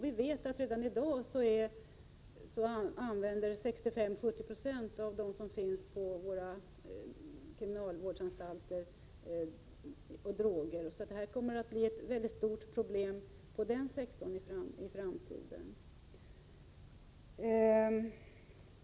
Vi vet att 65-70 96 av dem som finns på våra kriminalvårdsanstalter redan i dag använder droger. Detta kommer att bli ett väldigt stort problem i framtiden.